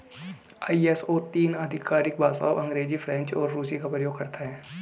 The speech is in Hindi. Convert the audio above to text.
आई.एस.ओ तीन आधिकारिक भाषाओं अंग्रेजी, फ्रेंच और रूसी का प्रयोग करता है